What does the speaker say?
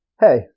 Hey